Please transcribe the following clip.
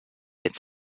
its